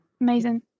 Amazing